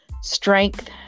strength